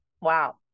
wow